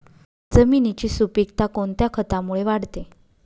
जमिनीची सुपिकता कोणत्या खतामुळे वाढते?